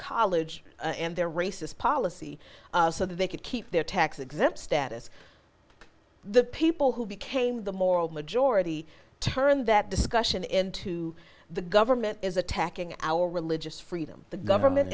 college and their racist policy so that they could keep their tax exempt status the people who became the moral majority turned that discussion into the government is attacking our religious freedom the government